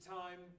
time